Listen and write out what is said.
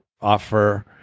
offer